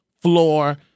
floor